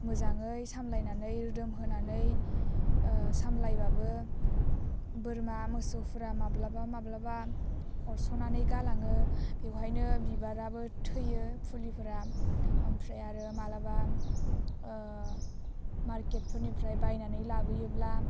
मोजाङै सामलायनानै रोदोमहोनानै सामलायबाबो बोरमा मोसौफोरा माब्लाबा माब्लाबा अरस'नानै गालाङो बेवहायनो बिबाराबो थैयो फुलिफोरा ओमफ्राय आरो मालाबा मारकेटफोरनिफ्राय बायनानै लाबोयोब्ला